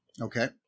Okay